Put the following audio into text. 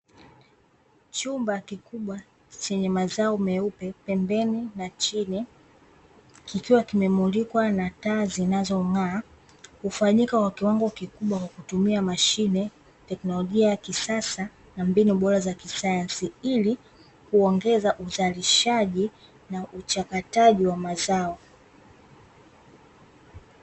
Chumba kikubwa chenye mazao meupe pembeni na chini, kikiwa kimemulikwa na taa zinazong'aa; hufanyika kwa kiwango kikubwa kwa kutumia mashine, teknolojia ya kisasa na mbinu bora za kisayansi ili kuongeza uzalishaji na uchakataji wa mazao.